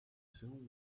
sun